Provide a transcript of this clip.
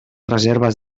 reserves